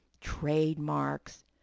trademarks